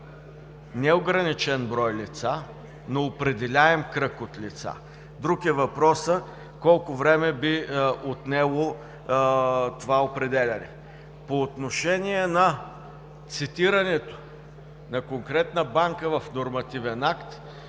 неограничен брой лица, но определяем кръг от лица. Друг е въпросът колко време би отнело това определяне. По отношение на цитирането на конкретна банка в нормативен акт